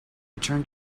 return